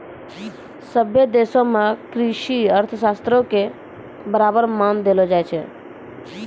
सभ्भे देशो मे कृषि अर्थशास्त्रो के बराबर मान देलो जाय छै